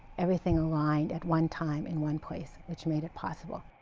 everything aligned at one time and one place, which made it possible.